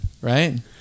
right